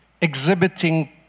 exhibiting